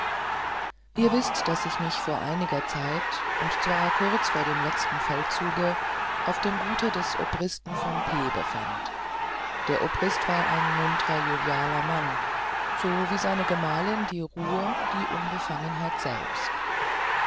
ihr wißt daß ich mich vor einiger zeit und zwar kurz vor dem letzten feldzuge auf dem gute des obristen von p befand der obriste war ein muntrer jovialer mann so wie seine gemahlin die ruhe die unbefangenheit selbst